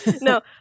no